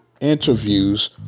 interviews